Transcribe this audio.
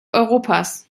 europas